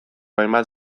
hainbat